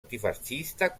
antifascista